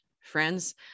friends